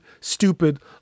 stupid